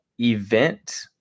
Event